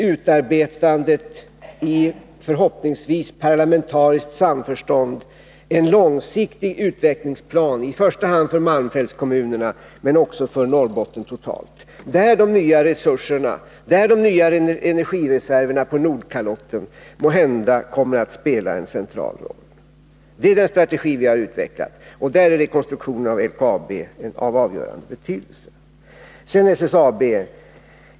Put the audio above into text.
Utarbetande, förhoppningsvis i parlamentariskt samförstånd, av en långsiktig utvecklingsplan, i första hand för malmfältskommunerna men också för Norrbotten totalt, där de nya energireserverna på Nordkalotten måhända kommer att spela en central roll. Det är den strategi vi har utvecklat, och där är rekonstruktionen av LKAB av avgörande betydelse. Så till SSAB.